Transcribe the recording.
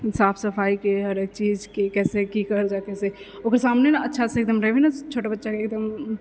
साफ सफाइके हरेक चीजके कैसे कि करि सकैछै ओकर सामने नहि अच्छासँ एकदम रहबीही ने तऽ छोटा बच्चाके एकदम